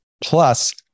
Plus